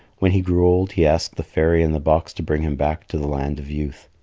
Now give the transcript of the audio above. when he grew old, he asked the fairy in the box to bring him back to the land of youth,